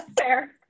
Fair